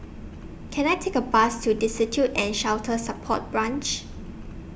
Can I Take A Bus to Destitute and Shelter Support Branch